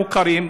המוכרים,